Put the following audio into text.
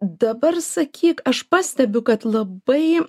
dabar sakyk aš pastebiu kad labai